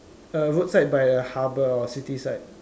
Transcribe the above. a roadside by a harbour or city side